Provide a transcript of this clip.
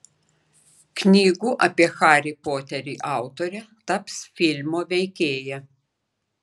knygų apie harį poterį autorė taps filmo veikėja